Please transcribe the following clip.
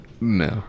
No